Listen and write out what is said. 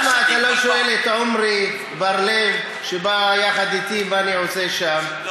למה אתה לא שואל את המרגלית שלך, לא